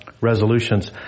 resolutions